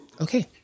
okay